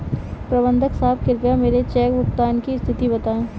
प्रबंधक साहब कृपया मेरे चेक भुगतान की स्थिति बताएं